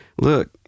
look